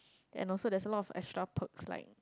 and also there's also of a lot of extra perks like